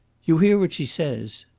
you hear what she says.